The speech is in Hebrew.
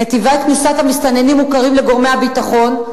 נתיבי כניסת המסתננים מוכרים לגורמי הביטחון.